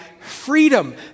freedom